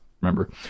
remember